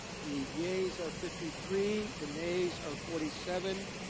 the yays are fifty three, the nays r forty seven,